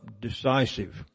decisive